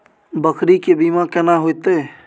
बकरी के बीमा केना होइते?